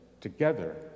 together